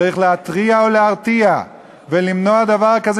צריך להתריע ולהרתיע ולמנוע דבר כזה,